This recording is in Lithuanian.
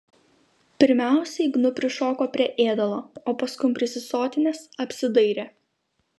pirmiausiai gnu prišoko prie ėdalo o paskum prisisotinęs apsidairė